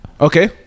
Okay